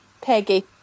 Peggy